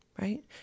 right